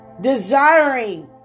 desiring